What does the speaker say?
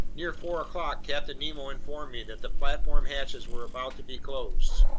near four o'clock captain nemo informed me that the platform hatches were about to be closed.